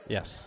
Yes